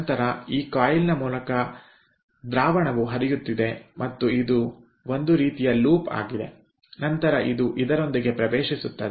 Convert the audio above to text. ನಂತರ ಈ ಕಾಯಿಲ್ ನ ಮೂಲಕ ದ್ರಾವಣವು ಹರಿಯುತ್ತಿದೆ ಮತ್ತು ಇದು ಒಂದು ರೀತಿಯ ಲೂಪ್ ಆಗಿದೆ ನಂತರ ಇದು ಇದರೊಂದಿಗೆ ಪ್ರವೇಶಿಸುತ್ತದೆ